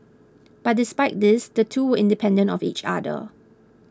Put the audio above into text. but despite this the two were independent of each other